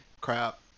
crap